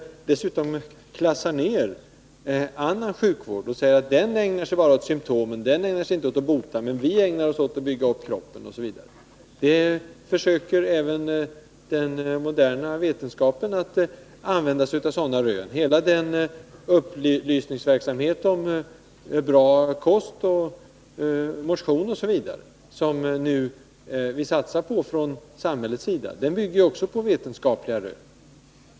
Dessutom klassar de ner annan sjukvård och säger att den bara ägnar sig åt symtomen och inte åt att bota, medan de själva bygger upp kroppen osv. Även den moderna vetenskapen försöker arbeta uppbyggande. Hela den upplysningsverksam het om bra kost, motion osv., som vi från samhällets sida nu satsar på, bygger på vetenskapliga rön.